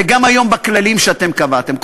וגם היום בכללים שקבעתם.